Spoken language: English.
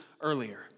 earlier